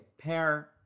pair